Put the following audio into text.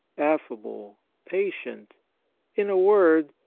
affable, patient in a word,